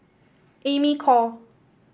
Amy Khor